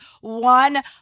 one